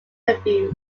abuse